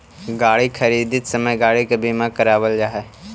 गाड़ी खरीदित समय गाड़ी के बीमा करावल जा हई